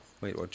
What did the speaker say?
Wait